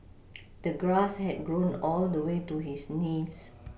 the grass had grown all the way to his knees